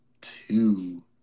two